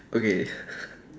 okay